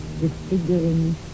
disfiguring